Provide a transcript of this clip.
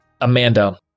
Amanda